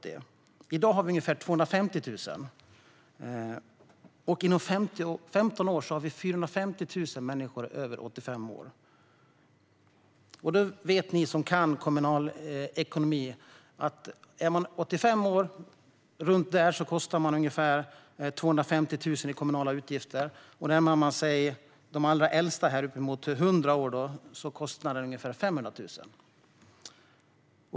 I dag har vi ungefär 250 000, och inom 15 år har vi 450 000 människor över 85 år. Ni som kan kommunal ekonomi vet att om man är runt 85 år kostar man ungefär 250 000 i kommunala utgifter. Närmar man sig de allra äldsta, de som är uppemot 100 år, är kostnaden ungefär 500 000.